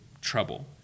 trouble